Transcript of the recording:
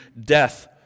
death